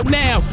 now